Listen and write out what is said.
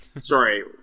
Sorry